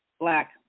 Black